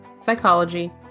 psychology